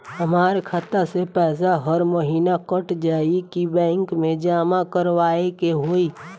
हमार खाता से पैसा हर महीना कट जायी की बैंक मे जमा करवाए के होई?